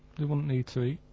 they wouldn't need to eat.